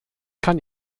kann